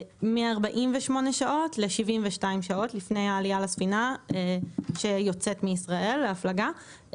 מ- 48 שעות ל- 72 שעות לפני העלייה לספינה שיוצאת מישראל להפלגה,